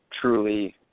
truly